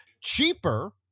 cheaper